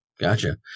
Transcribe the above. Gotcha